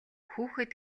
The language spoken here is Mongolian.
хүүхэд